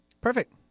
Perfect